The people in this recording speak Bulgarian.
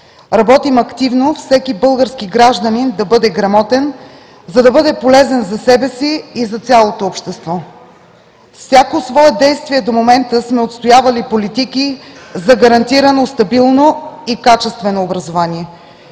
Работим активно всеки български гражданин да бъде грамотен, за да бъде полезен за себе си и за цялото общество. Във всяко свое действие до момента сме отстоявали политики за гарантирано и стабилно, и качествено образование.